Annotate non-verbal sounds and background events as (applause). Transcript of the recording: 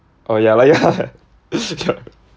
oh ya lah ya (laughs)